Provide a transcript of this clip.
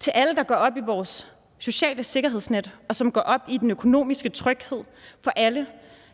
Til alle, der går op i vores sociale sikkerhedsnet, og som går op i den økonomiske tryghed for alle,